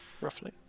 Roughly